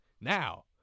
now